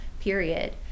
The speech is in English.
period